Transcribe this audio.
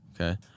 Okay